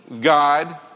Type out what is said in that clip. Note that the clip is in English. God